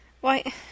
Why